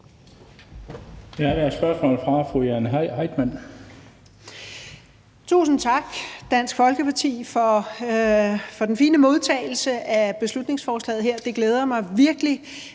Tusind tak, Dansk Folkeparti, for den fine modtagelse af beslutningsforslaget her. Det glæder mig virkelig,